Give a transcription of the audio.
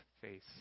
face